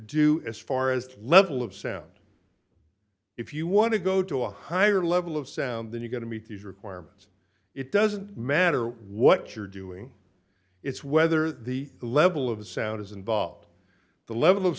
do as far as the level of sound if you want to go to a higher level of sound than you get to meet these requirements it doesn't matter what you're doing it's whether the level of sound is involved the level of